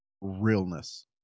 realness